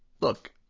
look